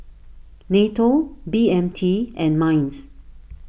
Nato B M T and Minds